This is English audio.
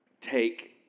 take